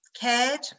cared